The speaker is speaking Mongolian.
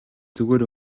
зүгээр